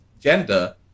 gender